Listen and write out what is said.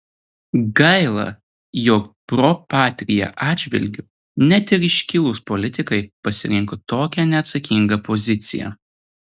gaila jog pro patria atžvilgiu net ir iškilūs politikai pasirinko tokią neatsakingą poziciją